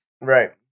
right